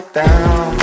down